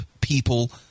people